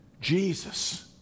Jesus